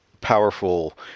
powerful